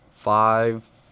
five